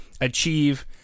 achieve